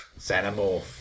Xenomorph